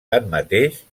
tanmateix